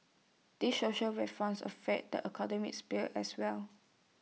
these social reforms affect the economic sphere as well